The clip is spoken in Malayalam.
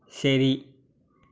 ശരി